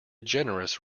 generous